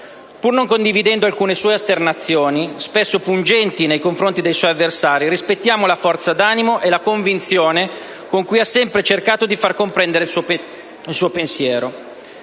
Pur non condividendo alcune sue esternazioni, spesso pungenti nei confronti dei suoi avversari, rispettiamo la forza d'animo e la convinzione con cui ha sempre cercato di far comprendere il suo pensiero.